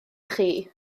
chi